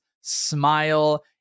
smile